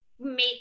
make